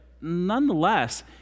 nonetheless